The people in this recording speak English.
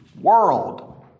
world